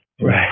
Right